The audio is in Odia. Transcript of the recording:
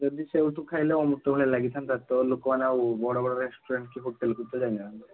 ଯଦି ସେଇଠୁ ଖାଇଲେ ଅମୃତ ଭଳିଆ ଲାଗିଥାନ୍ତା ତ ଲୋକମାନେ ଆଉ ବଡ଼ ବଡ଼ ରେଷ୍ଟୁରାଣ୍ଟ ହୋଟେଲ୍ କୁ ଯାଇନଥାନ୍ତେ